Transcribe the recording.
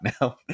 now